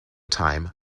time